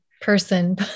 person